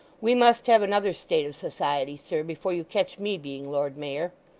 we must have another state of society, sir, before you catch me being lord mayor.